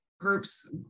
groups